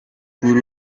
cool